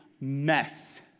mess